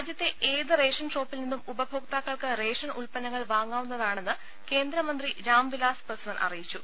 രാജ്യത്തെ ഏത് റേഷൻ ഷോപ്പിൽ നിന്നും ഉപഭോക്താക്കൾക്ക് റേഷൻ ഉല്പന്നങ്ങൾ വാങ്ങാവുന്നതാണെന്ന് കേന്ദ്രമന്ത്രി രാംവിലാസ് പസ്വാൻ അറിയിച്ചു